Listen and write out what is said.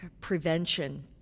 prevention